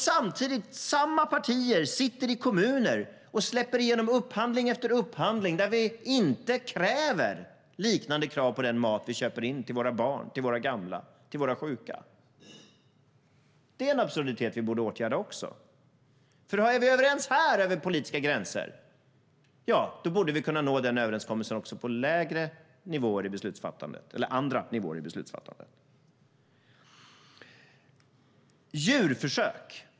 Samtidigt sitter samma partier i kommunerna och släpper igenom upphandling efter upphandling och ställer inte liknande krav på den mat som köps in till barnen, de gamla och de sjuka. Det är en absurditet vi också borde åtgärda. Om vi kan vara överens här över de politiska gränserna borde vi kunna nå den överenskommelsen också på andra nivåer i beslutsfattandet. Det råder också stor enighet i frågan om djurförsök.